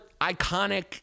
iconic